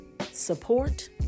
support